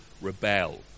rebel